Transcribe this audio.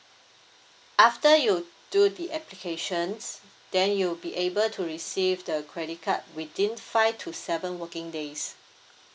after you do the applications then you'll be able to receive the credit card within five to seven working days